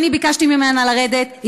כשאני ביקשתי ממנה לרדת,